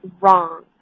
wrong